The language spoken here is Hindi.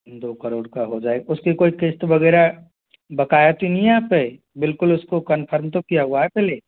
दो करोड़ का हो जाए उसकी कोई किस्त वग़ैरह बक़ाया तो नहीं है आप पर बिल्कुल उसको कंफर्म तो किया हुआ है पहले